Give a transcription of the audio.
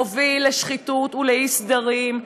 מובילים לשחיתות ולאי-סדרים,